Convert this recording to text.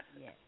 Yes